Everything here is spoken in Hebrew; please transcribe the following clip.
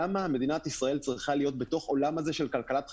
למה מדינת ישראל צריכה להיות בתוך העולם הזה של כלכלת חינם,